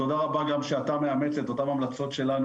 תודה רבה גם שאתה מאמץ את אותן המלצות שלנו